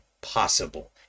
possible